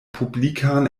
publikan